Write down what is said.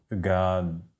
God